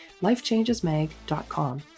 lifechangesmag.com